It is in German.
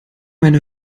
meine